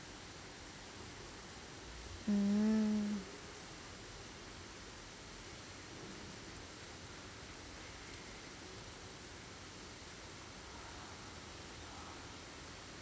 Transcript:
mm